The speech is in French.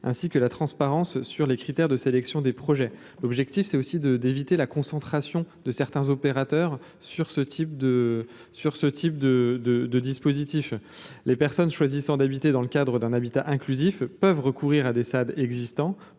ainsi que la transparence sur les critères de sélection des projets, l'objectif, c'est aussi de d'éviter la concentration de certains opérateurs sur ce type de sur ce type de, de, de dispositifs les personnes choisissant d'habiter dans le cadre d'un habitat inclusif peuvent recourir à des stades existants,